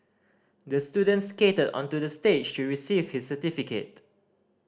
the student skated onto the stage to receive his certificate